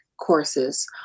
courses